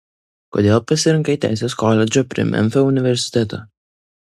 kodėl pasirinkai teisės koledžą prie memfio universiteto